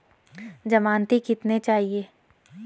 ज़मानती कितने चाहिये?